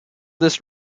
this